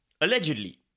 Allegedly